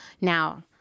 Now